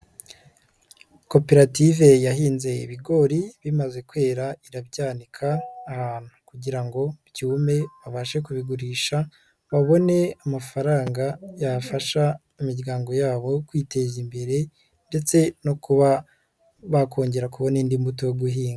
Koperative yahinze ibigori, bimaze kwera irabyanika ahantu kugira ngo byume abashe kubigurisha babone amafaranga yafasha imiryango yabo kwiteza imbere ndetse no kuba bakongera kubona indi mbuto yo guhinga.